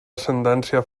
ascendència